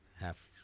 half